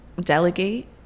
delegate